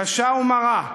קשה ומרה,